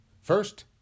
First